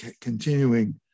continuing